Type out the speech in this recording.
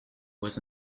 was